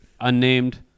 unnamed